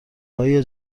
های